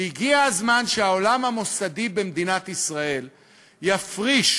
והגיע הזמן שהעולם המוסדי במדינת ישראל יפריש,